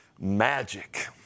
Magic